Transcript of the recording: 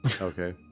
Okay